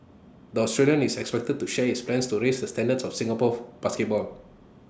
the Australian is expected to share his plans to raise the standards of Singapore basketball